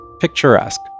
picturesque